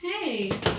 Hey